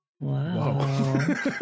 Wow